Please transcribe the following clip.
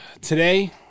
today